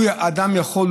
האדם יכול,